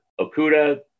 Okuda